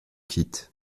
quitte